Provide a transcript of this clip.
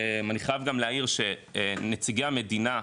אני חייב גם להעיר שמיצגי המדינה,